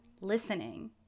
listening